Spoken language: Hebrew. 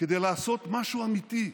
כדי לעשות משהו אמיתי.